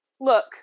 look